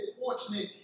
fortunate